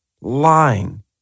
lying